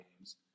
games